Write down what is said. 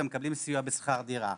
והם מקבלים סיוע בשכר דירה.